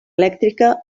elèctrica